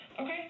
Okay